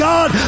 God